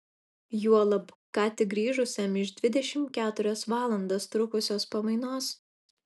juolab ką tik grįžusiam iš dvidešimt keturias valandas trukusios pamainos